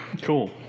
Cool